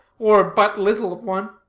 or, but little of one.